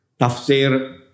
Tafsir